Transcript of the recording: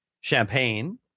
champagne